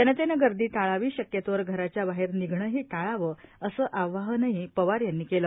जनतेन गर्दी टाळावी शक्यतोवर घराच्या बाहेर निघणंही टाळावं अस आवाहनही पवार यांनी केलं